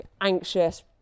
anxious